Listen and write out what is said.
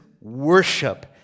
worship